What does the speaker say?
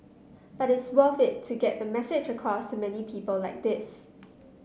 but it's worth to get the message across to many people like this